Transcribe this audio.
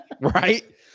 Right